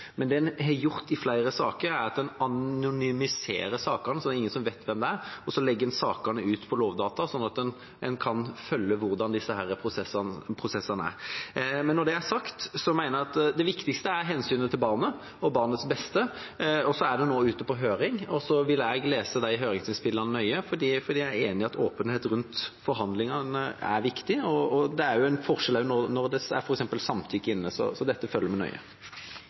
Det man har gjort i flere saker, er å anonymisere sakene, så ingen vet hvem det er, og så legger man sakene ut på Lovdata, slik at man kan følge prosessen. Når det er sagt, mener jeg det viktigste er hensynet til barnet og barnets beste. Nå er det ute på høring, og så vil jeg lese de høringsinnspillene nøye, for jeg er enig i at åpenhet rundt forhandlingene er viktig – og det er en forskjell når det er f.eks. samtykke inne. Så dette følger vi nøye.